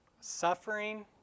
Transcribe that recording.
suffering